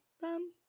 bum